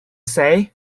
say